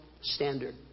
standard